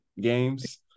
games